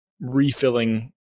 refilling